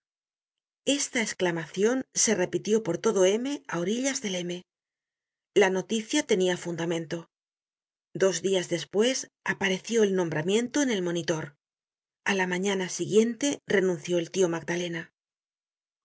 esta esclamacion se repitió por todo m á orillas del m la noticia tenia fundamento dias después apareció el nombramiento en el monitor a la mañana siguiente renunció el tio magdalena